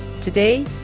Today